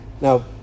Now